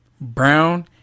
brown